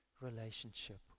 relationship